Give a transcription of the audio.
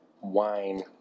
wine